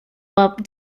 above